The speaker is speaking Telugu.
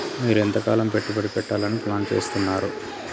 మీరు ఎంతకాలం పెట్టుబడి పెట్టాలని ప్లాన్ చేస్తున్నారు?